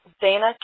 Dana